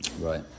Right